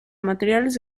materiales